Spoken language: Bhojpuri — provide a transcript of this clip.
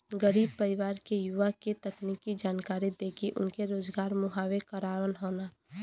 गरीब परिवार के युवा के तकनीकी जानकरी देके उनके रोजगार मुहैया कराना हौ